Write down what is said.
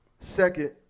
Second